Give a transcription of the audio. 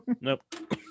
nope